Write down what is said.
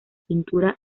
pintura